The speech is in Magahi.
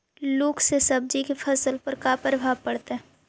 लुक से सब्जी के फसल पर का परभाव पड़तै?